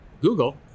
Google